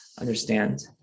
understand